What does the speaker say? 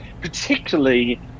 particularly